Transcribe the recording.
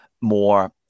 more